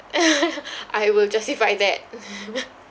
I will justify that